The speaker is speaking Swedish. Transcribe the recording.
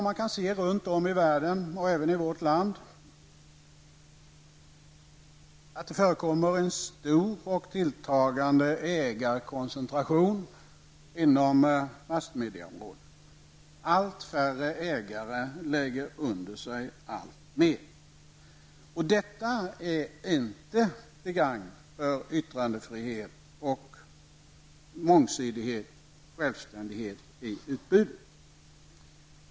Man kan se runt om i världen och även i vårt land att det förekommer en stor och tilltagande ägarkoncentration inom massmedieomårdet. Allt färre ägare lägger under sig alltmer. Detta är inte till gagn för yttrandefrihet, mångsidighet och självständighet i utbudet.